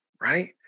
right